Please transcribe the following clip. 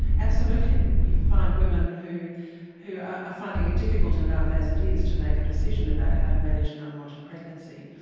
absolutely. you find women who who are finding it difficult enough as it is to make a decision about how to manage an unwanted pregnancy,